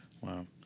Wow